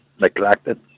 neglected